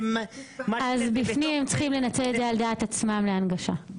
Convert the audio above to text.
זה --- אז הם צריכים לנצל את זה בעצמם לצורך הנגשה.